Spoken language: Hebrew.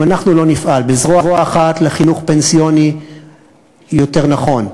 אם אנחנו לא נפעל בזרוע אחת לחינוך פנסיוני יותר נכון,